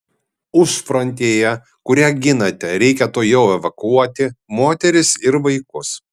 užfrontėje kurią ginate reikia tuojau evakuoti moteris ir vaikus